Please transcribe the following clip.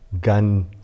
gun